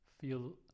feel